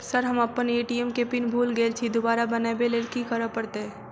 Sir हम अप्पन ATM केँ पिन भूल गेल छी दोबारा बनाबै लेल की करऽ परतै?